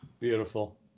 Beautiful